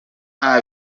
nta